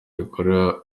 rikorerwa